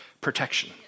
protection